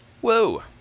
Whoa